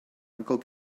uncle